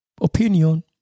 opinion